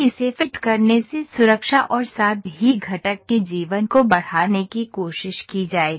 इसे फिट करने से सुरक्षा और साथ ही घटक के जीवन को बढ़ाने की कोशिश की जाएगी